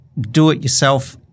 do-it-yourself